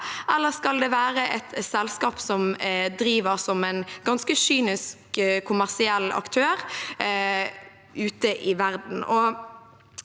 eller skal det være et selskap som driver som en ganske kynisk kommersiell aktør ute i verden?